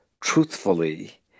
truthfully